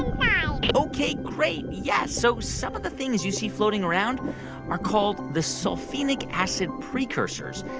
ok, great, yeah, so some of the things you see floating around are called the sulfenic acid precursors.